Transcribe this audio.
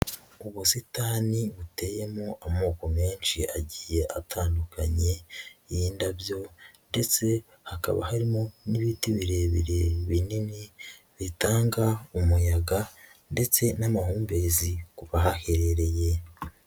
Ubusitani buteyemo amoko menshi agiye atandukanye y'indabyo ndetse hakaba harimo n'ibiti birebire binini, bitanga umuyaga ndetse n'amahumbezi ku bahaherereye.